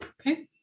Okay